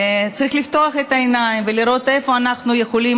צריך לפתוח את העיניים ולראות איפה אנחנו יכולים